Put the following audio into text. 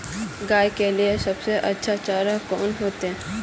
गाय के लिए सबसे अच्छा चारा कौन होते?